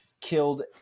killed